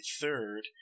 third